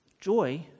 Joy